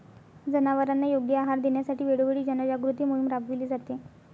जनावरांना योग्य आहार देण्यासाठी वेळोवेळी जनजागृती मोहीम राबविली जाते